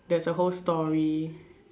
there's a whole story